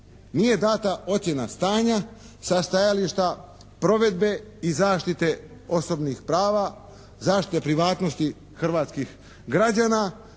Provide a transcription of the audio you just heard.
Nije dana ocjena stanja sa stajališta provedbe i zaštite osobnih prava, zaštite privatnosti hrvatskih građana